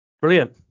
Brilliant